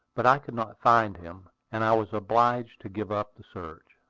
but i could not find him, and i was obliged to give up the search.